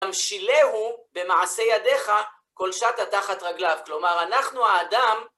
תמשילהו במעשי ידיך כל שתה תחת רגליו. כלומר, אנחנו האדם...